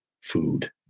food